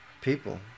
people